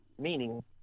meaning